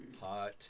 Hot